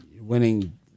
winning